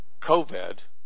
COVID